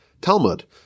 Talmud